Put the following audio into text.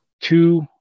two